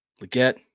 Leggett